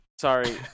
Sorry